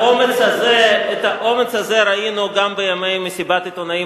את האומץ הזה ראינו גם בימי מסיבת העיתונאים